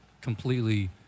completely